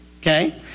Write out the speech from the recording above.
Okay